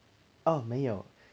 oh 没有